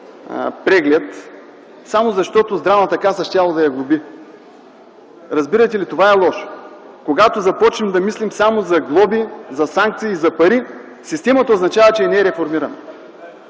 преглед, само защото Здравната каса щяла да я глоби. Разбирате ли? Това е лошо. Когато започнем да мислим само за глоби, за санкции, за пари, означава, че системата не е реформирана.